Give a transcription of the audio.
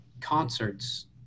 concerts